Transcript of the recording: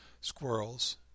squirrels